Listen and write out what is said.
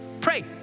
pray